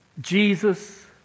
Jesus